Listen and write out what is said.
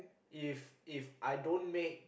if If I don't make